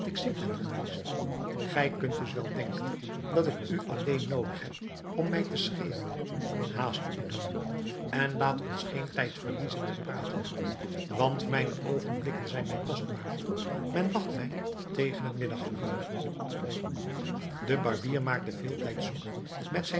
ben geweest gij kunt dus wel denken dat ik u alleen noodig heb om mij te scheren haast u dan en laat ons geen tijd verliezen met praten want mijne oogenblikken zijn mij kostbaar men wacht mij tegen het middaguur de barbier maakte veel tijd zoek met